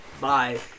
Bye